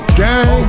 gang